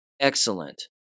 Excellent